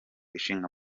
ishinga